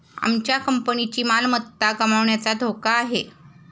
आमच्या कंपनीची मालमत्ता गमावण्याचा धोका आहे